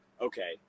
okay